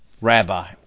Rabbi